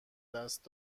دست